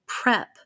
prep